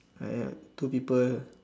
!aiya! two people